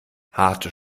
harte